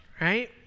right